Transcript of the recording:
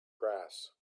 grass